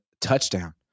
touchdown